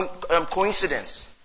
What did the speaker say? coincidence